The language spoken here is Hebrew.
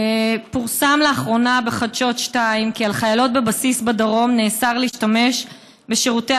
פורסם לאחרונה בחדשות 2 כי על חיילות בבסיס בדרום נאסר להשתמש בשירותי